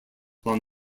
along